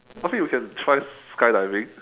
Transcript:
I think you can try skydiving